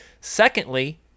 secondly